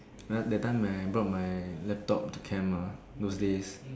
uh that time when I brought my laptop to camp mah those days